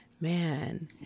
Man